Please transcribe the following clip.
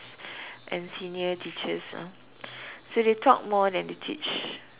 and senior teacher ah so they talk more than they teach